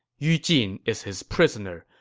yu jin is his prisoner,